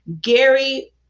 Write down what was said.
Gary